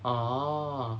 orh